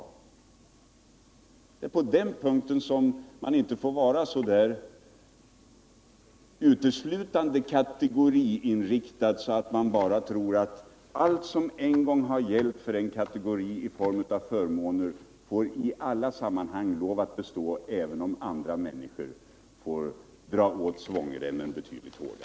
Man får inte vara så kategoriinriktad att man anser att alla förmåner som en kategori haft skall bestå för all framtid, även om andra grupper får dra åt svångremmen betydligt hårdare.